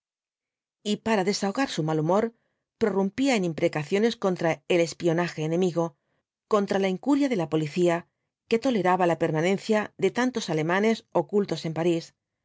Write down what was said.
y para desahogar su mal humor prorrumpía en imprecaciones contra el espionaje enemigo contra la incuria de la policía que toleraba la permanencia de tantos alemanes ocultos en parís